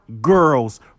girls